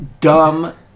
dumb